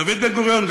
דוד בן-גוריון,